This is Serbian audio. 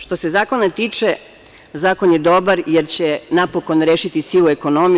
Što se zakona tiče, zakon je dobar jer će napokon rešiti sivu ekonomiju.